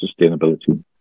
sustainability